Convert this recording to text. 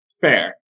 Fair